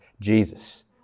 Jesus